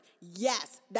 Yes